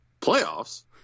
Playoffs